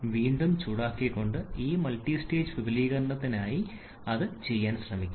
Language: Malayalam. വീണ്ടും ചൂടാക്കിക്കൊണ്ട് ഈ മൾട്ടിസ്റ്റേജ് വിപുലീകരണത്തിനായി നിങ്ങൾ അത് ചെയ്യാൻ ശ്രമിക്കുക